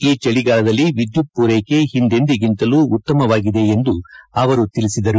ಈ ಚಳಿಗಾಲದಲ್ಲಿ ವಿದ್ಯುತ್ ಪೂರೈಕೆ ಹಿಂದೆಂದಿಗಿಂತಲೂ ಉತ್ತಮವಾಗಿದೆ ಎಂದು ಅವರು ತಿಳಿಸಿದರು